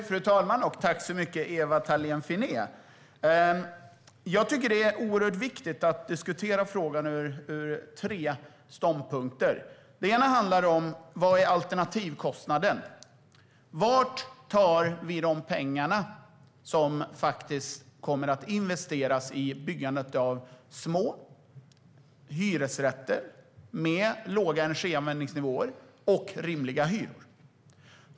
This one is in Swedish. Fru talman! Jag tackar Ewa Thalén Finné. Det är viktigt att diskutera frågan utifrån flera ståndpunkter. En handlar om vad alternativkostnaden är. Var ska vi ta de pengar som ska investeras i byggandet av små hyresrätter med låga energianvändningsnivåer och rimliga hyror?